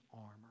armor